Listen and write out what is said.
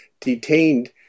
detained